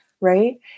right